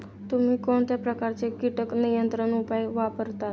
तुम्ही कोणत्या प्रकारचे कीटक नियंत्रण उपाय वापरता?